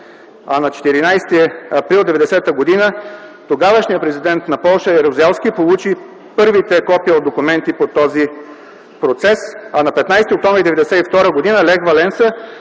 а на 14 април 1990 г. тогавашния президент на Полша Ярузелски получи първите копия от документи по този процес. На 15 октомври 1992 г. Лех Валенса